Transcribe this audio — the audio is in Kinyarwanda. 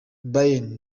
bayern